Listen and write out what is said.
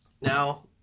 now